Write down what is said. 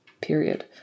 period